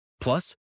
Plus